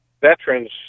veterans